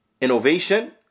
innovation